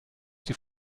die